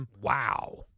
wow